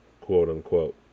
quote-unquote